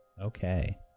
okay